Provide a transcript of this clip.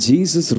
Jesus